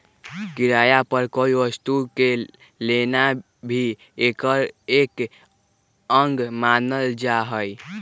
किराया पर कोई वस्तु के लेना भी एकर एक अंग मानल जाहई